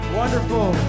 wonderful